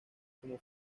como